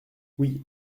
oui